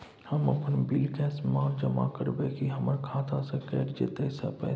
हम अपन bill cash म जमा करबै की हमर खाता स कैट जेतै पैसा?